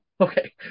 Okay